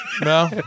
no